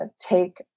Take